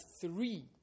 three